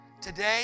Today